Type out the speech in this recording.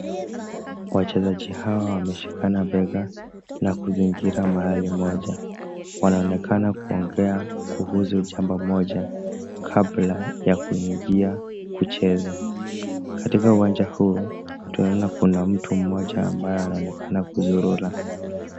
Wachezaji hawa wameshikana bega na kuzingira mahali moja, wanaonekana kuongeza kuhusu jambo moja kabla ya kuingia kucheza. Katika uwanja huu tunaona kuna mtu mmoja ambaye anaonekana kuzurura.